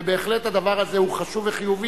ובהחלט הדבר הזה חשוב וחיובי,